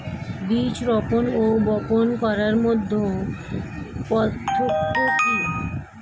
বীজ রোপন ও বপন করার মধ্যে পার্থক্য কি?